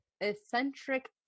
eccentric